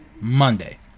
Monday